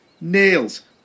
nails